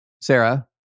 Sarah